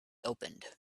opened